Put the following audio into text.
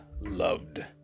loved